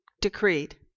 decreed